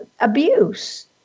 abuse